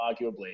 arguably